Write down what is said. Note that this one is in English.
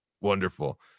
wonderful